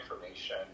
information